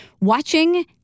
Watching